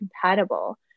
compatible